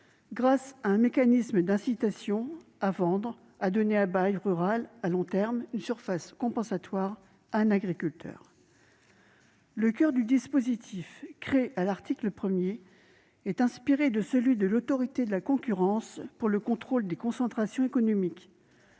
grâce à un mécanisme d'incitation à vendre ou à donner à bail rural à long terme une surface compensatoire à un agriculteur. Le coeur du dispositif, créé à l'article 1, est inspiré de celui de l'Autorité de la concurrence pour le contrôle des concentrations économiques.